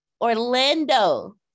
Orlando